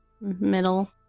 middle